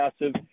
massive